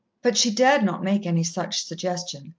but she dared not make any such suggestion,